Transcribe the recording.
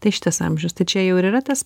tai šitas amžius tai čia jau ir yra tas